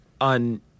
on